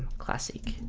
classic